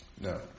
no